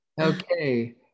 Okay